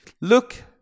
look